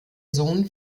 sohn